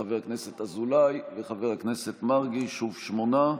חבר הכנסת אזולאי וחבר הכנסת מרגי, שוב שמונה.